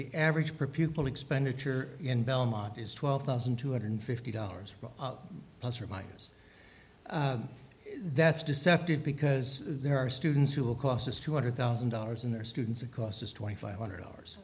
the average per pupil expenditure in belmont is twelve thousand two hundred fifty dollars for plus or minus that's deceptive because there are students who will cost two hundred thousand dollars in their students a cost is twenty five hundred dollars